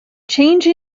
change